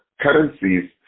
currencies